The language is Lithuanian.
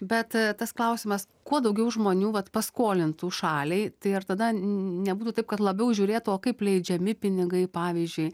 bet tas klausimas kuo daugiau žmonių vat paskolintų šaliai tai ar tada nebūtų taip kad labiau žiūrėtų o kaip leidžiami pinigai pavyzdžiui